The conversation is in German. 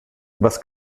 was